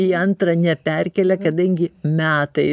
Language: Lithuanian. į antrą neperkelia kadangi metai